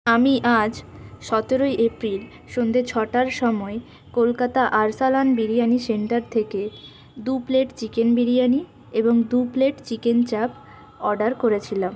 আমি আজ সতেরোই এপ্রিল সন্ধ্যে ছটার সময় কলকাতা আরসালান বিরিয়ানি সেন্টার থেকে দুপ্লেট চিকেন বিরিয়ানি এবং দুপ্লেট চিকেন চাপ অর্ডার করেছিলাম